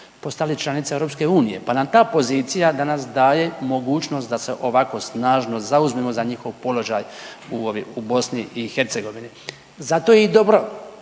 postali članica Europske unije pa nam ta pozicija danas daje mogućnost da se ovako snažno zauzmemo za njihov položaj u Bosni i Hercegovini. Zato je i dobro